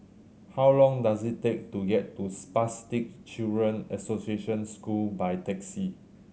how long does it take to get to Spastic Children's Association School by taxi